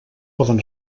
poden